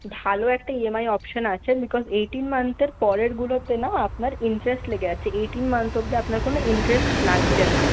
ভালো একটা EMI option আছে বিকজ এইট্টিন মান্থের পরেরগুলোতে না আপনার ইন্টারেস্ট লেগে যাচ্ছে এইট্টিন মান্থ অবধি আপনার কোনও ইন্টারেস্ট লাগছেনা